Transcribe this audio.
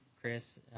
Chris